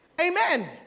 Amen